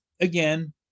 again